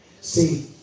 See